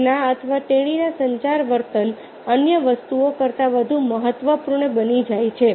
તેના અથવા તેણીના સંચાર વર્તન અન્ય વસ્તુઓ કરતાં વધુ મહત્વપૂર્ણ બની જાય છે